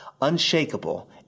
unshakable